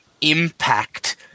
impact